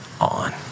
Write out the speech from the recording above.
on